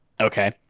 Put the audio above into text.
okay